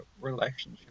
relationship